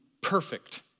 perfect